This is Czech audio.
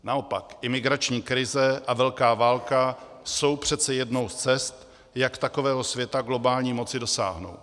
Naopak imigrační krize a velká válka jsou přece jednou z cest, jak takového světa globální moci dosáhnout.